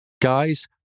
guys